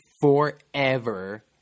forever